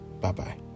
bye-bye